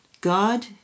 God